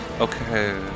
Okay